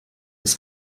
ist